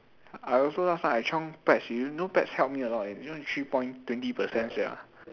I also last time I chiong pets you know pets help me a lot eh you know three point twenty percent sia